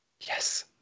Yes